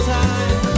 time